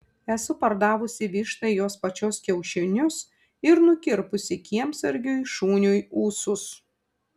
esu pardavusi vištai jos pačios kiaušinius ir nukirpusi kiemsargiui šuniui ūsus